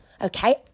okay